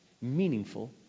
meaningful